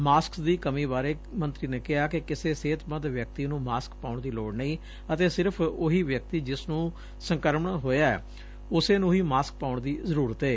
masks ਦੀ ਕਮੀ ਬਾਰੇ ਮੰਤਰੀ ਨੇ ਕਿਹਾ ਕਿ ਕਿਸੇ ਸਿਹਤਮੰਦ ਵਿਅਕਤੀ ਨੂੰ ਮਾਸਕ ਪਾਉਣ ਦੀ ਲੋੜ ਨਹੀਂ ਅਤੇ ਸਿਰਫ਼ ਉਹੀ ਵਿਅਕਤੀ ਜਿਸ ਨੂੰ ਸੰਕਰਮਣ ਹੋਇਐ ਉਸੇ ਨੂੰ ਹੀ ਮਾਸਕ ਪਾਉਣ ਦੀ ਜ਼ਰੁਰਤ ਏ